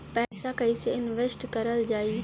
पैसा कईसे इनवेस्ट करल जाई?